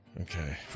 Okay